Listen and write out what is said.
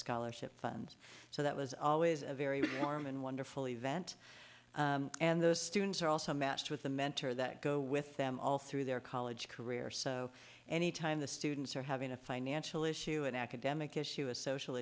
scholarship funds so that was always a very warm and wonderful event and those students are also matched with the mentor that go with them all through their college career so any time the students are having a financial issue an academic issue a social